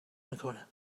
میکنه